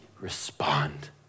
respond